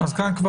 כבר